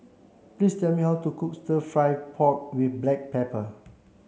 please tell me how to cook the fry pork with black pepper